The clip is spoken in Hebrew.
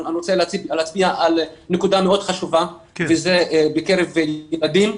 אני רוצה להצביע על נקודה מאוד חשובה וזה בקרב ילדים,